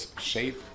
shape